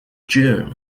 june